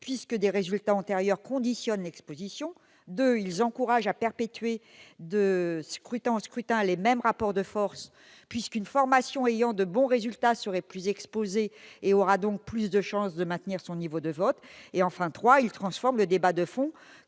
puisque des résultats antérieurs conditionnent l'exposition. Deuxièmement, ils encouragent la perpétuation de scrutin en scrutin des mêmes rapports de force. En effet, une formation ayant obtenu de bons résultats serait plus exposée et aurait donc plus de chance de maintenir son niveau de vote. Troisièmement, ils transforment le débat de fond